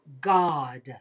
God